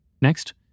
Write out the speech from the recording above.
Next